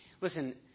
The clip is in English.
Listen